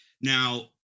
now